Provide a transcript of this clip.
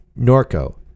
norco